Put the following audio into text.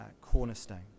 Cornerstone